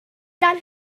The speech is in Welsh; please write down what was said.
gwaith